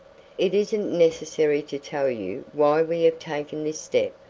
it isn't necessary to tell you why we have taken this step,